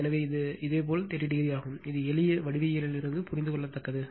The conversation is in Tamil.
எனவே இது இதேபோல் 30o ஆகும் இது எளிய வடிவவியலில் இருந்து புரிந்துகொள்ளத்தக்கது